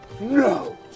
No